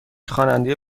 خواننده